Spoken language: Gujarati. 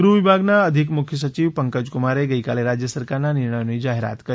ગૃહ વિભાગના અધિક મુખ્ય સચિવ પંકજકુમારે ગઇકાલે રાજ્ય સરકારના નિર્ણયોની જાહેરાત કરી